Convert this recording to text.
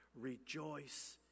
rejoice